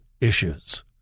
issues